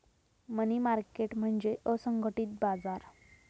मनी market म्हणजे असंघटित बाजार